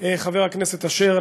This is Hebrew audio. חבר הכנסת אשר,